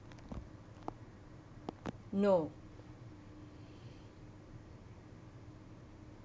no